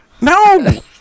No